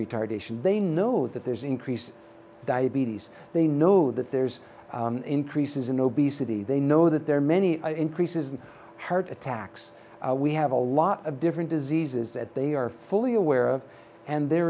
retardation they know that there's increased diabetes they know that there's increases in obesity they know that there are many increases in heart attacks we have a lot of different diseases that they are fully aware of and they